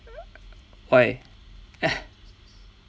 why